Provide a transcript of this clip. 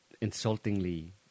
insultingly